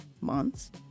months